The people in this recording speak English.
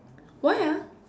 why ah